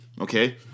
Okay